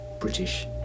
British